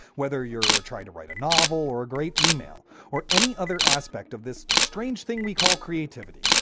whether you're or try to write a novel or a great email or any other aspect of this strange thing we call creativity.